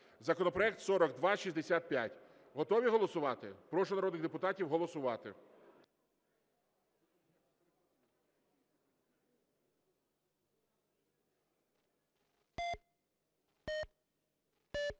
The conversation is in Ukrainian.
Законопроект 4265. Готові голосувати? Прошу народних депутатів голосувати.